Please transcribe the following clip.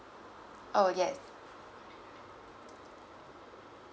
oh yes